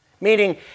Meaning